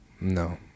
no